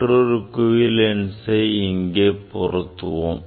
மற்றொரு குவி லென்சை இங்கே பொருத்துவோம்